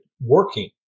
working